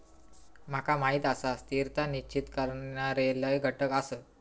माका माहीत आसा, स्थिरता निश्चित करणारे लय घटक आसत